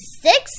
six